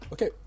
Okay